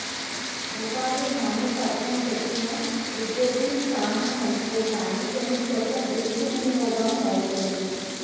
ఉపాధి హామీ పథకం పెట్టిన ఉద్దేశం చానా మంచిదే కానీ కొన్ని చోట్ల దుర్వినియోగమవుతుంది